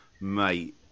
mate